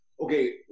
okay